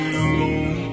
alone